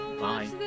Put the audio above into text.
Bye